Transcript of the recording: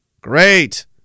Great